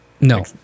No